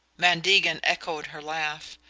van degen echoed her laugh.